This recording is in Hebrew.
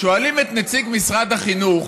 שואלים את נציג משרד החינוך